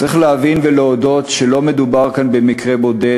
צריך להבין ולהודות שלא מדובר כאן במקרה בודד,